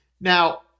now